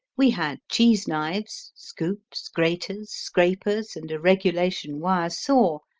we had cheese knives, scoops, graters, scrapers and a regulation wire saw,